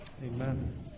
Amen